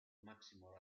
máximo